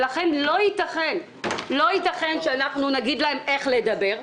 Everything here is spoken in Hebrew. לכן לא ייתכן שנגיד להם איך לדבר,